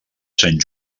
sant